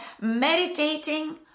meditating